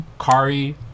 Kari